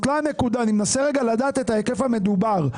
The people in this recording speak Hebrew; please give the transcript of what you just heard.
אני מנסה לדעת את ההיקף המדובר.